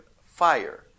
fire